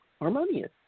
harmonious